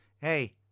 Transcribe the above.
Hey